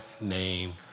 name